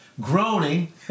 groaning